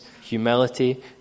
humility